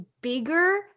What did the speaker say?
bigger